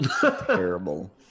Terrible